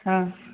हँ